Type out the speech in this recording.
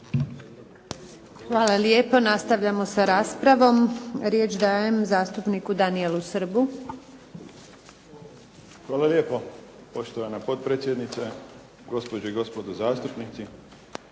Hvala lijepa. Nastavljamo sa raspravom, riječ dajem zastupniku Danielu Srbu. **Srb, Daniel (HSP)** Hvala lijepo poštovana potpredsjednice, gospođe i gospodo zastupnici.